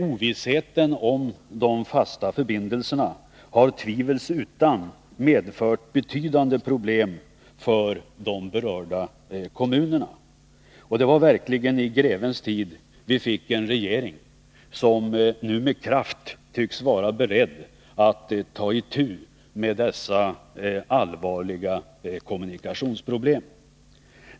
Ovissheten om de fasta förbindelserna har tvivelsutan medfört betydande problem för de berörda kommunerna, och det var verkligen i grevens tid vi fick en regering som nu med kraft tycks vara beredd att ta itu med dessa allvarliga kommunikationsproblem.